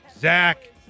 Zach